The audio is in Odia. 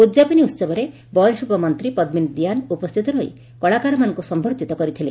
ଉଦ୍ଯାପନୀ ଉହବରେ ବୟନଶି୍ବ ମନ୍ତୀ ପଦ୍ମିନୀ ଦିଆନ ଉପସ୍ଥିତ ରହି କଳାକାରମାନଙ୍ଙୁ ସମ୍ମର୍ଦ୍ଧିତ କରିଥିଲେ